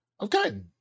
okay